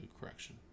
correction